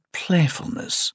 playfulness